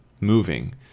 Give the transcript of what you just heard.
moving